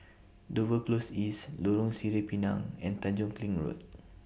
Dover Close East Lorong Sireh Pinang and Tanjong Kling Road